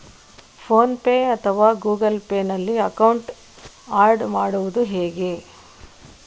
Phone pay ಅಥವಾ Google Pay ನಲ್ಲಿ account add ಮಾಡುವುದು ಹೇಗೆ?